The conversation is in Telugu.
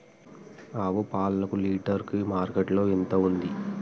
ఆవు పాలకు లీటర్ కి మార్కెట్ లో ఎంత ఉంది?